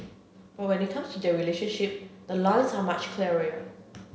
but when it comes their relationship the lines are much clearer